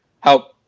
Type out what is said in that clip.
help